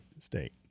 state